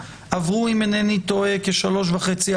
עברו אם אינני טועה כשלוש שנים וחצי,